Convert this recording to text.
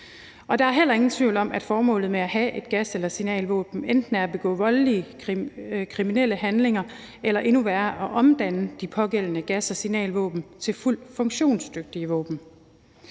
Der er heller ingen tvivl om, at formålet med at have et gas- eller signalvåben enten er at begå voldelige kriminelle handlinger eller endnu værre at omdanne de pågældende gas- og signalvåben til fuldt funktionsdygtige våben.